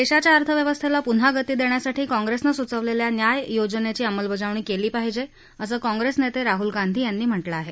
देशाच्या अर्थव्यवस्थेला पुन्हा गती देण्यासाठी काँग्रेसनं सुचवलेल्या न्याय योजनेची अंमलबजावणी केली पाहिजे असं काँग्रेस नेते राहुल गांधी यांनी म्हटलं आहे